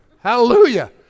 Hallelujah